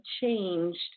changed